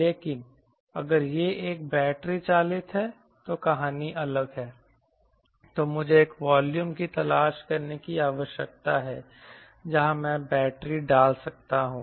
लेकिन अगर यह एक बैटरी चालित है तो कहानी अलग है तो मुझे एक वॉल्यूम की तलाश करने की आवश्यकता है जहां मैं बैटरी डाल सकता हूं